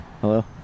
Hello